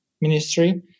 ministry